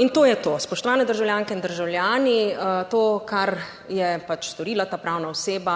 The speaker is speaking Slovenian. In to je to, spoštovane državljanke in državljani, to, kar je pač storila ta pravna oseba,